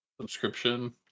subscription